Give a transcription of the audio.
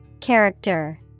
Character